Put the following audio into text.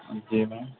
جی میم